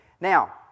Now